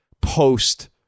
post